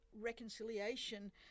reconciliation